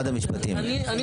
המשפטים.